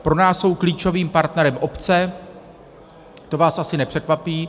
Pro nás jsou klíčovým partnerem obce, to vás asi nepřekvapí.